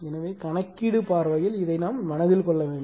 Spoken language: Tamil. எனவே கணக்கீடு பார்வையில் இதை மனதில் கொள்ள வேண்டும்